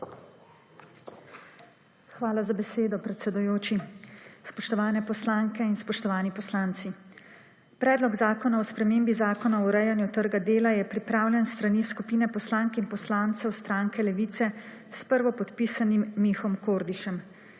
Hvala za besedo predsedujoči. Spoštovane poslanke in spoštovani poslanci. Predlog zakona o spremembi Zakona o urejanju trga dela je pripravljen s strani Skupine poslank in poslancev stranke Levice, s prvopodpisanim Mihom Kordišem.